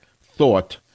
thought